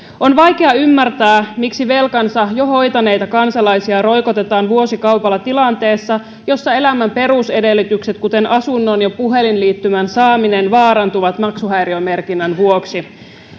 on vaikea ymmärtää miksi velkansa jo hoitaneita kansalaisia roikotetaan vuosikaupalla tilanteessa jossa elämän perusedellytykset kuten asunnon ja puhelinliittymän saaminen vaarantuvat maksuhäiriömerkinnän vuoksi